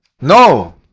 no